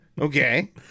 okay